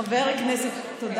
אפילו לברך על